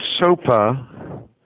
SOPA